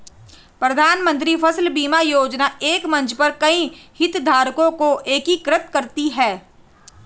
प्रधानमंत्री फसल बीमा योजना एक मंच पर कई हितधारकों को एकीकृत करती है